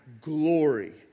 glory